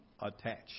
attached